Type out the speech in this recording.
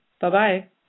Bye-bye